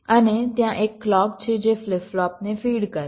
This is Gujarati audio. અને ત્યાં એક ક્લૉક છે જે ફ્લિપ ફ્લોપને ફીડ કરશે